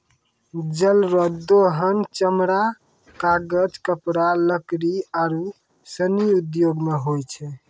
जल रो दोहन चमड़ा, कागज, कपड़ा, लकड़ी आरु सनी उद्यौग मे होय छै